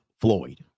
Floyd